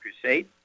Crusade